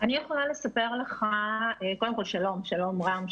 שלום רם,